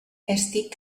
estic